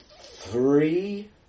three